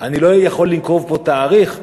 אני לא יכול לנקוב פה בתאריך.